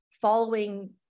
following